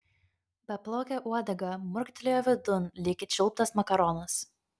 beplaukė uodega murktelėjo vidun lyg įčiulptas makaronas